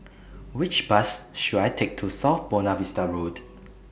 Which Bus should I Take to South Buona Vista Road